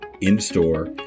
in-store